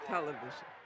Television